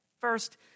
First